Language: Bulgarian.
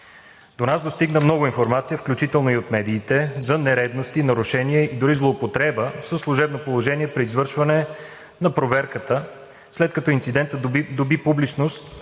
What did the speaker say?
До нас достигна много информация, включително и от медиите, за нередности, нарушения и дори злоупотреба със служебно положение при извършване на проверката, след като инцидентът доби публичност,